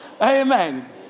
Amen